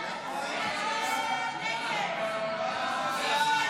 ההצעה